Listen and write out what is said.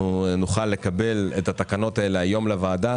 שנוכל לקבל את התקנות האלה היום לוועדה